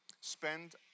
spend